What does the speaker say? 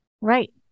Right